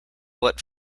what